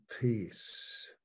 peace